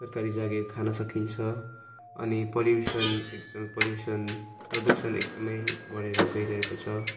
सरकारी जागिर खान सकिन्छ अनि पोल्युसन एकदम पोल्युसन प्रदूषण एकदमै बढेर गइरहेको छ